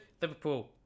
Liverpool